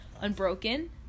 Unbroken